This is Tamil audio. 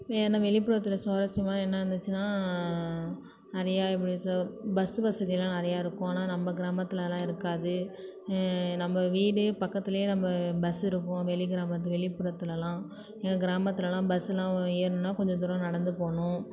ஏன்னால் வெளிப்புறத்தில் சுவாரஸ்யமாக என்ன இருந்துச்சின்னால் நிறையா எப்படி சொ பஸ்ஸு வசதிலாம் நிறையா இருக்கும் ஆனால் நம்ம கிராமத்தில் அதலாம் இருக்காது நம்ம வீடே பக்கத்துலேயே நம்ம பஸ்ஸு இருக்கும் வெளி கிராமத்து வெளிப்புறத்துலேலாம் எங்கள் கிராமத்துலேலாம் பஸ்ஸுலாம் ஏறணுன்னால் கொஞ்சம் தூரம் நடந்து போகணும் போகணும்